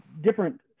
different